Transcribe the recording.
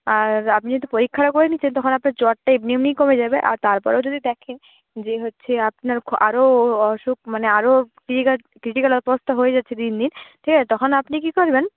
আর আপনি যেহেতু পরীক্ষাটা করে নিচ্ছেন তখন আপনার জ্বরটা এমনি এমনিই কমে যাবে আর তারপরেও যদি দেখেন যে হচ্ছে আপনার আরো অসুখ মানে আরও ক্রিটিকাল ক্রিটিকাল অবস্থা হয়ে যাচ্ছে দিন দিন ঠিক আছে তখন আপনি কি করবেন